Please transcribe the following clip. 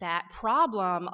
that problem